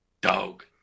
Dog